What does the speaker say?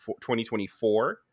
2024